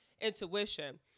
intuition